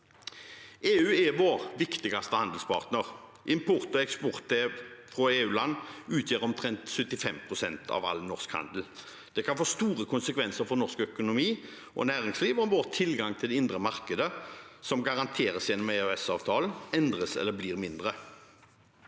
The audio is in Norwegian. EU er vår viktigste handelspartner. Import fra og eksport til EU-land utgjør omtrent 75 pst. av all norsk handel. Det kan få store konsekvenser for norsk økonomi og næringsliv om vår tilgang til det indre marked, som garanteres gjennom EØS-avtalen, endres eller blir mindre.